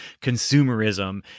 consumerism